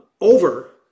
over